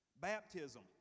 Baptism